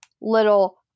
little